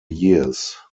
years